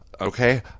okay